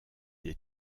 des